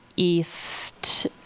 east